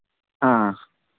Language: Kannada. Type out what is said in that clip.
ಹಾಂ